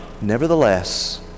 Nevertheless